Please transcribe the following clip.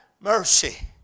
mercy